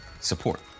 support